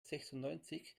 sechsundneunzig